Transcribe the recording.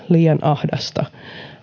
liian ahdasta